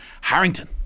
Harrington